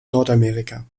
nordamerika